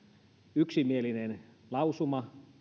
yksimielinen lausuma